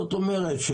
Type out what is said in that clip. זאת אומרת,